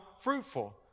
fruitful